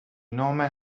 nome